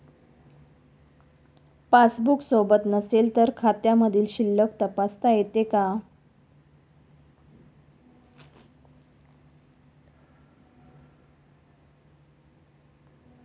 Passbook सोबत नसेल तर खात्यामधील शिल्लक तपासता येते का?